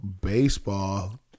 Baseball